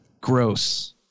gross